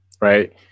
right